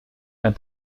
and